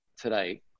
today